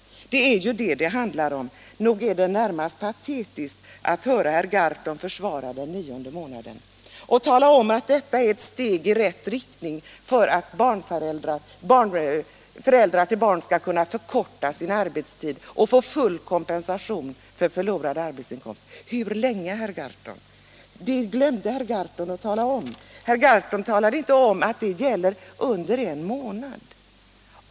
Det är vad det handlar om. Nog är det närmast patetiskt att höra herr Gahrton försvara den nionde månaden och tala om att detta är ett steg i rätt riktning för att föräldrar skall kunna förkorta sin arbetstid och få full kompensation för förlorad arbetsinkomst. Hur länge, herr Gahrton? Det glömde herr Gahrton att tala om. Han talade inte om att det gäller under en månad.